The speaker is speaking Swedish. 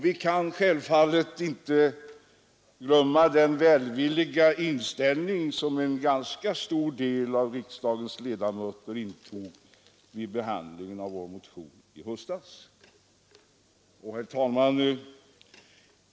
Vi kan självfallet inte glömma den välvilliga inställning som en ganska stor del av riksdagens ledmöter intog vid behandlingen av vår motion i höstas.